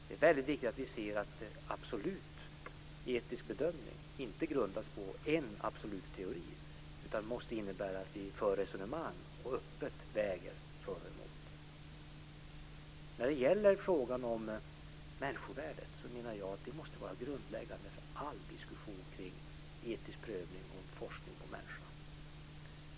Det är väldigt viktigt att vi ser att absolut etisk bedömning inte grundas på en absolut teori utan måste innebära att vi för resonemang och öppet väger för och emot. När det gäller frågan om människovärdet menar jag att detta måste vara grundläggande för all diskussion kring etisk prövning om forskning på människa.